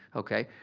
okay,